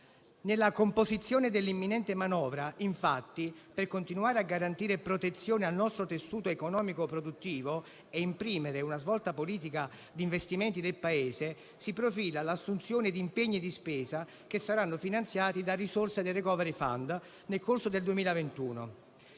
Nella composizione dell'imminente manovra, infatti, per continuare a garantire protezione al nostro tessuto economico e produttivo e imprimere una svolta politica di investimenti nel Paese, si profila l'assunzione di impegni di spesa che saranno finanziati dalle risorse del *recovery fund* nel corso del 2021.